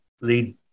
lead